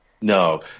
no